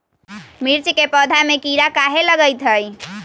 मिर्च के पौधा में किरा कहे लगतहै?